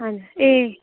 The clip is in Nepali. हजुर ए